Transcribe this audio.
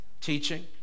Teaching